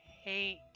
Hate